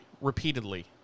repeatedly